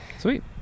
Sweet